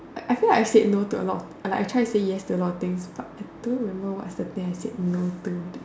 I I think I said no to a lot like I try to say yes to a lot of things but I don't remember what's the thing I said no to that I